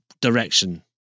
direction